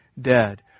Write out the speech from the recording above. dead